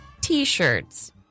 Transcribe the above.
t-shirts